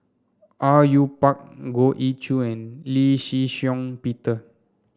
Au Yue Pak Goh Ee Choo and Lee Shih Shiong Peter